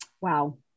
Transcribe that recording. wow